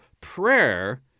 prayer